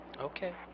Okay